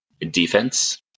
defense